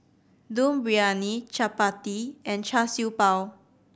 Dum Briyani chappati and Char Siew Bao